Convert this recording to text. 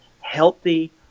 healthy